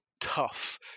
tough